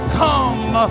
come